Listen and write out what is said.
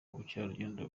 ubukerarugendo